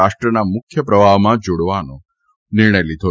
રાષ્ટ્રના મુખ્ય પ્રવાહમાં જાડવાનો નિર્ણય લીધો છે